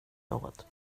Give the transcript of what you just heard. något